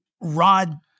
Rod